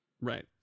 Right